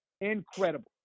incredible